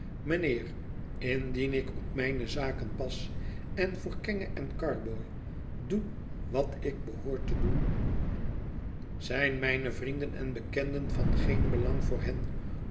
mijnheer indien ik op mijne zaken pas en voor kenge en carboy doe wat ik behoor te doen zijn mijne vrienden en bekenden van geen belang voor hen